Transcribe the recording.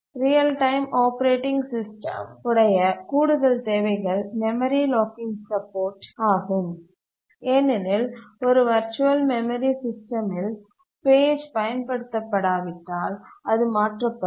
real time operating system உடைய கூடுதல் தேவைகள் மெமரி லாக்கிங் சப்போர்ட் ஆகும் ஏனெனில் ஒரு வர்ச்சுவல் மெமரி சிஸ்டமில் பேஜ் பயன்படுத்தப்படாவிட்டால் அது மாற்றப்படும்